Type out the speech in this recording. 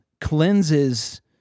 cleanses